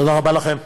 תודה רבה לכם.